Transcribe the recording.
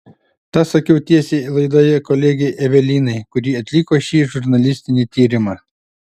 tą sakiau tiesiai laidoje kolegei evelinai kuri atliko šį žurnalistinį tyrimą